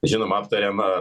žinoma aptariam a